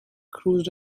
cruised